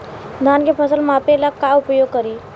धान के फ़सल मापे ला का उपयोग करी?